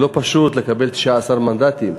לא פשוט לקבל 19 מנדטים,